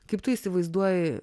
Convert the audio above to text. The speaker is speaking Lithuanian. kaip tu įsivaizduoji